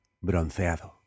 bronceado